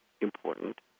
important